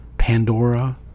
Pandora